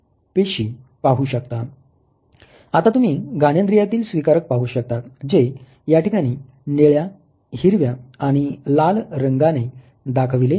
आता तुम्ही घानेन्द्रीयांतील स्वीकारक पाहू शकता जे याठिकाणी निळ्या हिरव्या आणि लाल रंगाने दाखविले आहेत